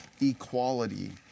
equality